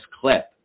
clip